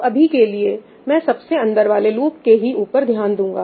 तो अभी के लिए मैं सब से अंदर वाले लूप के ही ऊपर ध्यान दूंगा